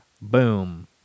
Boom